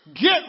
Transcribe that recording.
get